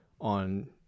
on